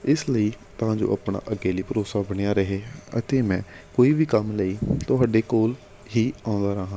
ਇਸ ਲਈ ਤਾਂ ਜੋ ਆਪਣਾ ਅੱਗੇ ਲਈ ਭਰੋਸਾ ਬਣਿਆ ਰਹੇ ਅਤੇ ਮੈਂ ਕੋਈ ਵੀ ਕੰਮ ਲਈ ਤੁਹਾਡੇ ਕੋਲ ਹੀ ਆਉਂਦਾ ਰਹਾਂ